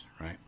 right